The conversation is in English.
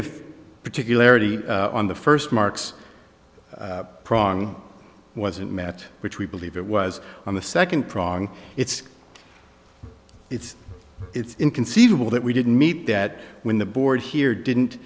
if particularities on the first marks prong wasn't met which we believe it was on the second prong it's it's it's inconceivable that we didn't meet that when the board here didn't